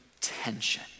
tension